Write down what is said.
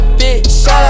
bitch